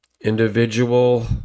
individual